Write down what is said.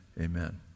Amen